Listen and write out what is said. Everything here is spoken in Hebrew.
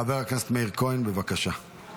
חבר הכנסת מאיר כהן, בבקשה.